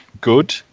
good